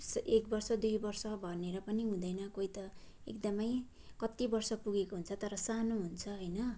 एक वर्ष दुई वर्ष भनेर पनि हुँदैन कोही त एकदमै कति वर्ष पुगेको हुन्छ तर सानो हुन्छ होइन